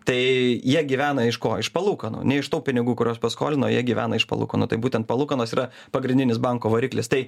tai jie gyvena iš ko iš palūkanų ne iš tų pinigų kuriuos paskolino jie gyvena iš palūkanų tai būtent palūkanos yra pagrindinis banko variklis tai